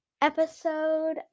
episode